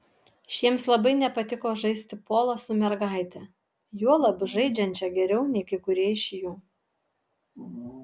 šiems labai nepatiko žaisti polą su mergaite juolab žaidžiančia geriau nei kai kurie iš jų